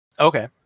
Okay